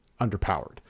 underpowered